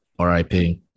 RIP